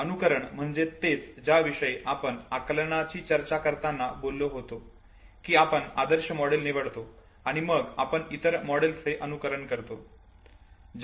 अनुकरण म्हणजे तेच ज्याविषयी आपण आकलनाची चर्चा करताना बोललो होतो की आपण आदर्श मॉडेल निवडतो आणि मग आपण इतर मॉडेल्सचे अनुकरण करतो